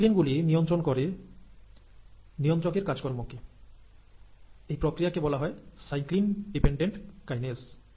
এই সাইক্লিন গুলি নিয়ন্ত্রণ করে নিয়ন্ত্রকের কাজকর্মকে এই প্রক্রিয়াকে বলা হয় সাইক্লিন ডিপেন্ডেন্ট কাইনেজ